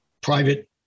private